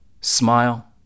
smile